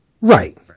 Right